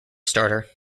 starter